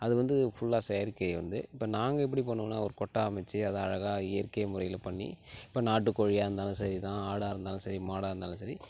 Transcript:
அதுவந்து ஃபுல்லா செயற்கை வந்து இப்போ நாங்கள் எப்படி பண்ணுவோம்னா ஒரு கொட்டாய் அமைச்சி அதை அழகாக இயற்கை முறையில் பண்ணி இப்போ நாட்டுக்கோழியாக இருந்தாலும் சரிதான் ஆடாக இருந்தாலும் சரி மாடாக இருந்தாலும் சரி